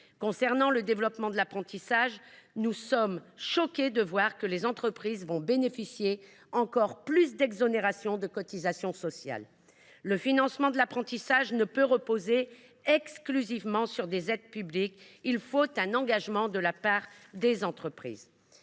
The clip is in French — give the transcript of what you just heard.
concerne le développement de l’apprentissage, nous sommes choqués de voir que les entreprises vont bénéficier encore davantage d’exonérations de cotisations sociales. Le financement de l’apprentissage ne peut reposer exclusivement sur des aides publiques : un engagement de la part des entreprises